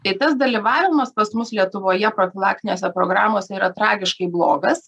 tai tas dalyvavimas pas mus lietuvoje profilaktinėse programose yra tragiškai blogas